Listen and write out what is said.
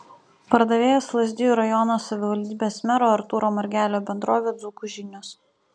pardavėjas lazdijų rajono savivaldybės mero artūro margelio bendrovė dzūkų žinios